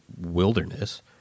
wilderness